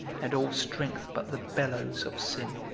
and all strength but the bellows of sin